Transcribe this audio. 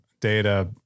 data